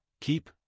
keep